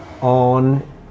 on